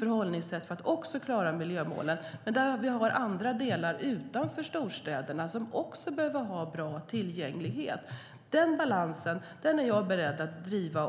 för att man ska klara miljömålen, men vi har andra delar utanför storstäderna som också behöver ha bra tillgänglighet. Den balansen är jag beredd att driva.